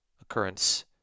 occurrence